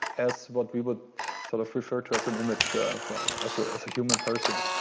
as what we would sort of refer to as an image of as a so human person.